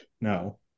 no